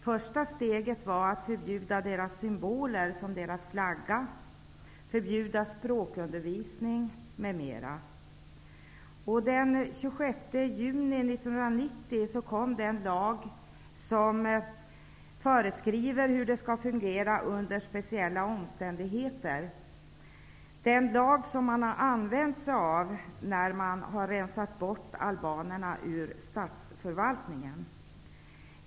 Första steget var att förbjuda deras symboler, som deras flagga, och förbjuda språkundervisning. Den 26 juni 1990 kom den lag som föreskriver hur det skall fungera under speciella omständigheter, den lag som man har använt när man har rensat bort albanerna ur statsförvaltningen.